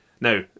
Now